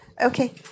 Okay